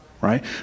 right